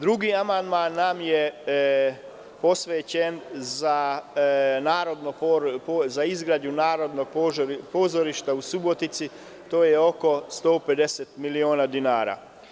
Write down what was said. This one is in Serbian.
Drugi amandman nam je posvećen za izgradnju pozorišta u Subotici, to je oko 150 miliona dinara.